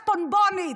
צפונבונית.